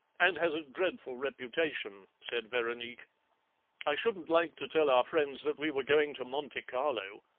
and has a dreadful reputation said veronique i shouldn't like to tell our friends that we were going to monte carlo.